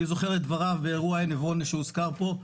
אני זוכר את דבריו באירוע עברון שהוזכר פה,